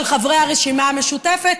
של חברי הרשימה המשותפת,